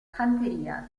fanteria